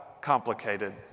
complicated